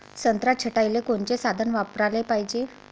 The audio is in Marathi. संत्रा छटाईले कोनचे साधन वापराले पाहिजे?